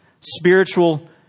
Spiritual